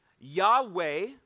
Yahweh